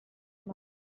mar